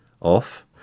Off